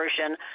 version